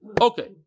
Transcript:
Okay